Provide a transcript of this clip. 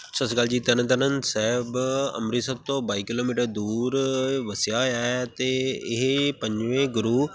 ਸਤਿ ਸ਼੍ਰੀ ਅਕਾਲ ਜੀ ਤਰਨ ਤਾਰਨ ਸਾਹਿਬ ਅੰਮ੍ਰਿਤਸਰ ਤੋਂ ਬਾਈ ਕਿਲੋਮੀਟਰ ਦੂਰ ਵਸਿਆ ਹੋਇਆ ਹੈ ਅਤੇ ਇਹ ਪੰਜਵੇਂ ਗੁਰੂ